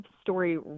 story